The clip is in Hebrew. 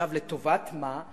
לטובת מה?